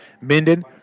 Minden